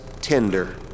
tender